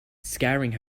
scaring